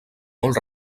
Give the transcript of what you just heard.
molt